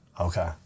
Okay